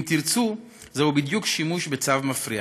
אם תרצו, זהו בדיוק שימוש בצו מפריע,